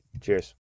cheers